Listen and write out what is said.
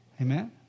amen